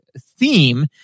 theme